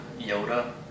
Yoda